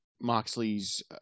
Moxley's